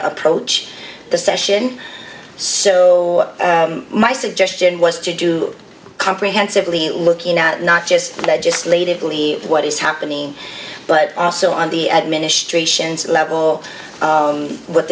to approach the session so my suggestion was to do comprehensively looking at not just legislatively what is happening but also on the administration's level